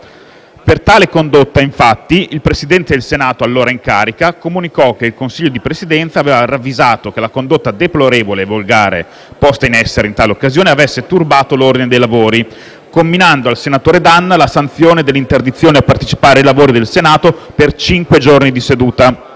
Per tale condotta, infatti, il Presidente del Senato allora in carica comunicò che il Consiglio di Presidenza aveva ravvisato che la deplorevole condotta volgare posta in essere in tale occasione avesse turbato l'ordine dei lavori, comminando al senatore D'Anna la sanzione dell'interdizione a partecipare ai lavori del Senato per cinque giorni di seduta.